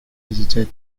visited